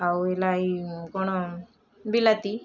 ଆଉ ହେଲା ଏଇ କ'ଣ ବିଲାତି